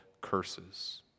curses